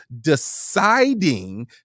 deciding